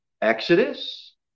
Exodus